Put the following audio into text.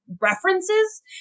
references